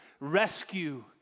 rescue